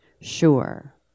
sure